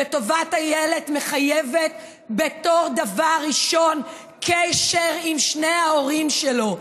וטובת הילד מחייבת בתור דבר ראשון קשר עם שני ההורים שלו,